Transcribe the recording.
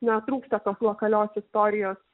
na trūksta tos lokalios istorijos